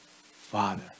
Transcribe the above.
Father